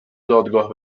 دادگاه